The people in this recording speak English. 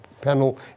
panel